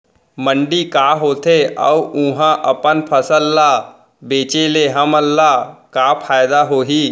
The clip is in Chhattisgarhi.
मंडी का होथे अऊ उहा अपन फसल ला बेचे ले हमन ला का फायदा होही?